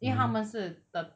因为他们是 the